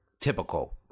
typical